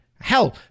Hell